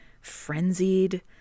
frenzied